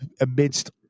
amidst